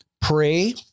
pray